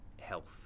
health